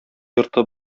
йорты